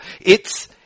It's-